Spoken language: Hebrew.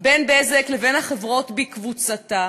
בין "בזק" לבין החברות בקבוצתה,